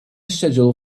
schedule